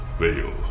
fail